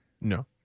No